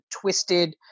twisted